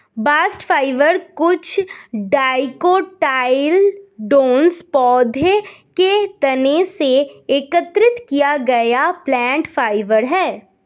bast fibre कुछ dicotyledonous पौधों के तने से एकत्र किया गया प्लांट फाइबर है